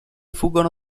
fuggono